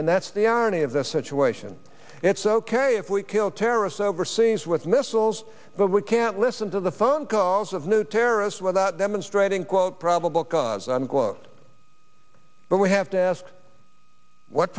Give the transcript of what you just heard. and that's the irony of the situation it's ok if we kill terrorists overseas with missiles but we can't listen to the phone calls of new terrorists without demonstrating quote probable cause and gloat but we have to ask what